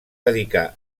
dedicar